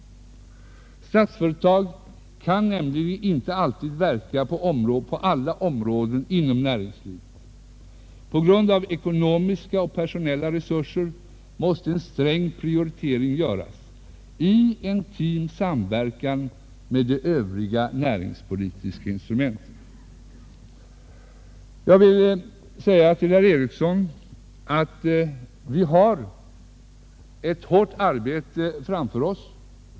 Statsföretag kan nämligen inte verka på alla områden inom näringslivet. På grund av ekonomiska och personella resurser måste en sträng prioritering göras i intim samverkan med de övriga näringspolitiska instrumenten. Jag vill säga till herr Ericsson att vi har ett hårt arbete framför oss.